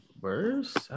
worse